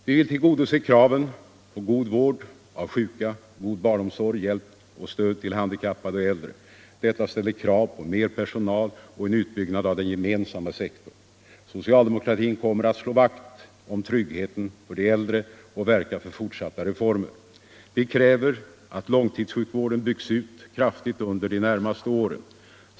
Vi vill tillgodose kraven på god vård av sjuka, god barnomsorg, hjälp och stöd till handikappade och äldre. Detta ställer krav på mer personal och en utbyggnad av den gemensamma sektorn. Socialdemokratin kommer att slå vakt om tryggheten för de äldre och verka för fortsatta reformer. Vi kräver att långtidssjukvården byggs ut kraftigt under de närmaste åren.